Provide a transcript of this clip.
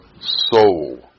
soul